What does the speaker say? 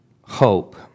hope